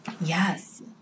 Yes